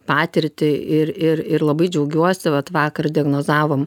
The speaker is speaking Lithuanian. patirtį ir ir ir labai džiaugiuosi vat vakar diagnozavom